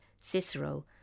Cicero